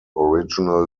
original